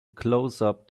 closeup